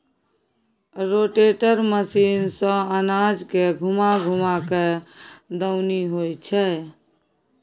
rotator machine सँ अनाज के घूमा घूमा कय दऊनी होइ छै